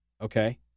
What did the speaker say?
Okay